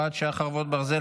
חרבות ברזל),